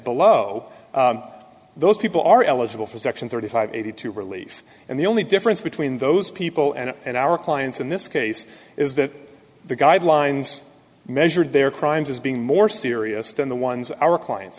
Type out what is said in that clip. below those people are eligible for section thirty five eighty two relief and the only difference between those people and and our clients in this case is that the guidelines measured their crimes as being more serious than the ones our clients